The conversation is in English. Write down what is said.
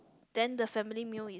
then the family meal is